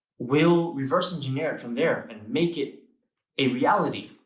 we'll reverse engineer it from there. and make it a reality.